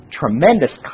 tremendous